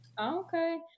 Okay